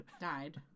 died